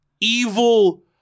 evil